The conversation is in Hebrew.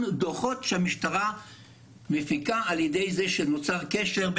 דוחות שהמשטרה מפיקה על ידי זה שנוצר קשר,